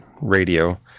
radio